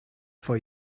for